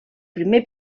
primer